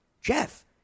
Jeff